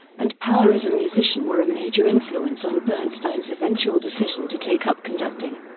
and power as a musician were a major influence on bernstein's eventual decision to take up conducting.